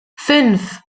fünf